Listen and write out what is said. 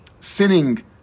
sinning